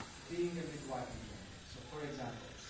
being a midwife in general. so for example,